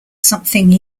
something